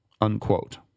unquote